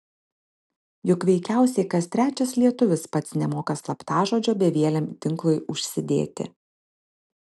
juk veikiausiai kas trečias lietuvis pats nemoka slaptažodžio bevieliam tinklui užsidėti